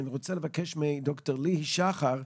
אני רוצה לבקש מדוקטור ליהי שחר,